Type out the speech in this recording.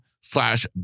slash